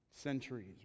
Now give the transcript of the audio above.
centuries